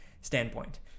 standpoint